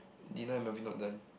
dinner and movie not done